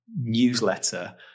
newsletter